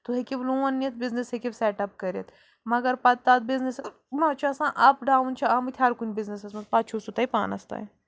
تُہۍ ہیٚکِو لون نِتھ بِزنِس ہیٚکِو سٮ۪ٹ اَپ کٔرِتھ مگر پَتہٕ تَتھ بِزنِس مَہ چھُ آسان اَپ ڈاوُن چھِ آمٕتۍ ہَرٕ کُنہٕ بِزنِسَس منٛز پَتہٕ چھُو سُہ تۄہہِ پانَس تام